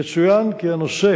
יצוין כי הנושא